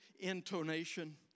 intonation